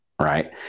right